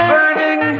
Burning